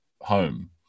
home